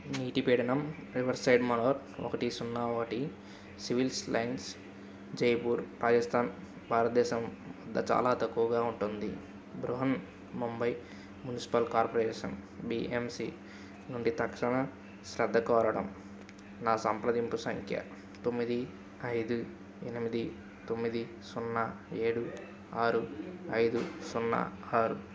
నీటి పీడనం river side manor ఒకటి సున్నా ఒకటి సివిల్స్ లైన్స్ జైపూర్ రాజస్థాన్ భారతదేశం వద్ద చాలా తక్కువగా ఉంటుంది Brihan Mumbai municipal corporation BMC నుండి తక్షణ శ్రద్ధ కోరడం నా సంప్రదింపు సంఖ్య తొమ్మిది ఐదు ఎనిమిది తొమ్మిది సున్నా ఏడు ఆరు ఐదు సున్నా ఆరు